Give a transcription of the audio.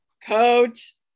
Coach